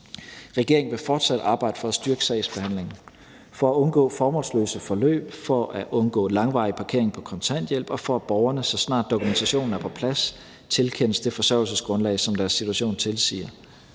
Regeringen vil fortsat arbejde for at styrke sagsbehandlingen for at undgå formålsløse forløb, for at undgå langvarig parkering på kontanthjælp og for, at borgerne, så snart dokumentationen er på plads, tilkendes det forsørgelsesgrundlag, som deres situation tilsiger.